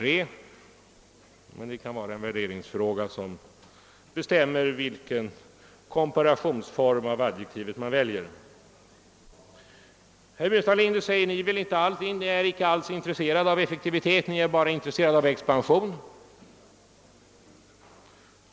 Det kan emellertid vara en värderingsfråga vilken komparationsform av adjektivet man väljer. Herr Burenstam Linder säger emellertid att vi inte alls är intresserade av effektivitet utan bara av expansion.